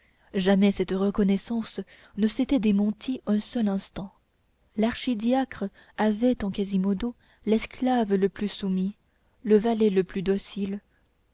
jamais cette reconnaissance ne s'était démentie un seul instant l'archidiacre avait en quasimodo l'esclave le plus soumis le valet le plus docile